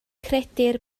credir